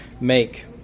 make